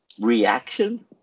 reaction